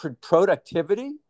productivity